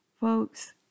Folks